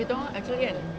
kita orang actually kan